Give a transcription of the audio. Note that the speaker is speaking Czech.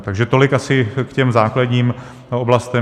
Takže tolik asi k těm základním oblastem.